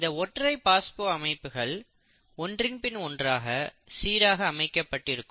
இந்த ஒற்றை பாஸ்போ அமைப்புகள் ஒன்றின் பின் ஒன்றாக சீராக அமைக்கப்பட்டிருக்கும்